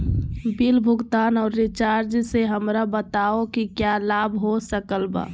Bill भुगतान और recharge से हमरा बताओ कि क्या लाभ हो सकल बा?